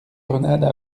grenades